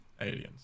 aliens